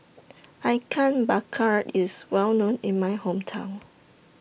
Ikan Bakar IS Well known in My Hometown